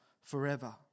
forever